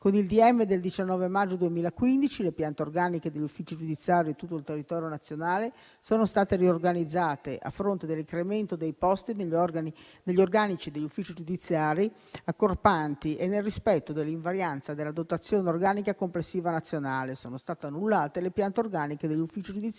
del 19 maggio 2015 le piante organiche degli uffici giudiziari di tutto il territorio nazionale sono state riorganizzate: a fronte dell'incremento dei posti negli organici degli uffici giudiziari accorpanti e nel rispetto dell'invarianza della dotazione organica complessiva nazionale, sono state annullate le piante organiche degli uffici giudiziari